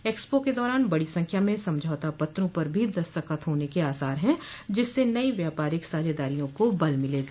expo के दौरान बड़ी संख्या में समझौता पत्रों पर भी दस्तखत होने के आसार है जिससे नयी व्यापारिक साझेदारियों को बल मिलेगा